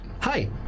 Hi